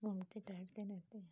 घूमते टहलते रहते हैं